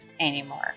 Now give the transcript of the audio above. anymore